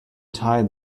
tied